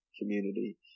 community